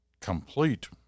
complete